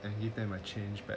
and give them a change back